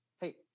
Hey